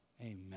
Amen